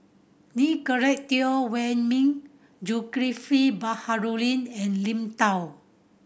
Nicolette Teo Wei Min Zulkifli Baharudin and Lim